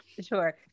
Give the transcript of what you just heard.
Sure